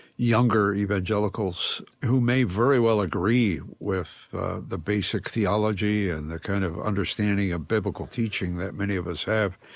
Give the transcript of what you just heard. younger evangelicals who may very well agree with the basic theology and the kind of understanding of biblical teaching that many of us have,